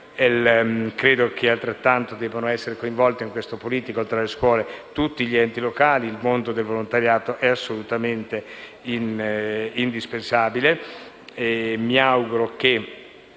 riciclo. Devono poi essere coinvolti in queste politiche oltre alle scuole tutti gli enti locali. Il mondo del volontariato è assolutamente indispensabile.